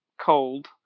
cold